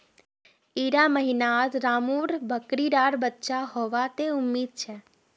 इड़ा महीनात रामु र बकरी डा बच्चा होबा त उम्मीद छे